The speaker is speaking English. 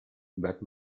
back